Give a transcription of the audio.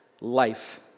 life